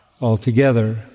altogether